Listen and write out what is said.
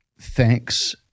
thanks